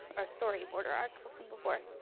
our story border arc but from before.